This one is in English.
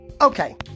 Okay